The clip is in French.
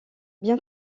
bien